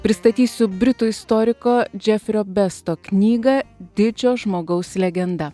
pristatysiu britų istoriko džefrio besto knygą didžio žmogaus legenda